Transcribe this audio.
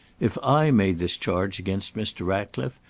if i made this charge against mr. ratcliffe,